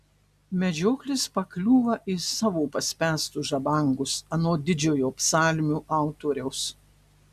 medžioklis pakliūva į savo paspęstus žabangus anot didžiojo psalmių autoriaus